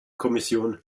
kommission